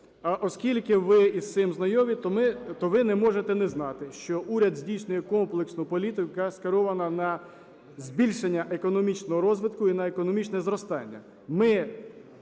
А оскільки ви з цим знайомі, то ви не можете не знати, що уряд здійснює комплексну політику, яка скерована на збільшення економічного розвитку і на економічне зростання.